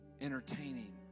Entertaining